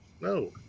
No